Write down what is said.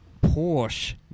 Porsche